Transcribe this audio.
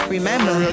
Remember